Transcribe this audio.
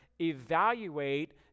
evaluate